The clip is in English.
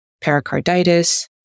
pericarditis